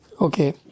Okay